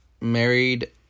married